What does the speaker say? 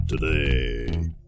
today